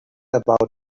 about